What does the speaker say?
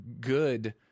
good